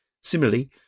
Similarly